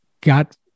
got